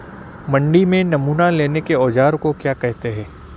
मंडी में नमूना लेने के औज़ार को क्या कहते हैं?